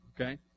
Okay